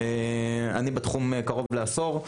אני בתחום קרוב לעשור.